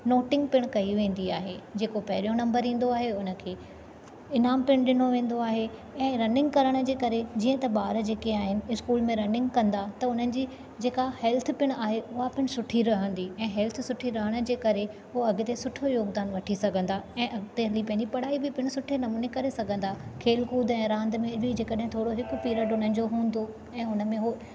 noting पिणु कई वेंदी आहे जेको पहिरियों नंबरु ईंदो आहे उनखे इनाम पिणु ॾिनो वेंदो आहे ऐं रनिंग करण जे करे जीअं त ॿार जेके आहिनि स्कूल में रनिंग कंदा त उन्हनि जी जेका हैल्थ पिणु आहे उहा पिणु सुठी रहंदी ऐं हैल्थ सुठी रहण जे करे उहो अॻिते सुठो योगदान वठी सघंदा ऐं अॻिते हली पंहिंजी पढ़ाई बि पिणु सुठे नमूने करे सघंदा खेल कूद ऐं रांदि में बि जेकॾहिं थोरो हिकु पीरियड उनजो हूंदो ऐं हुन में हो